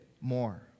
more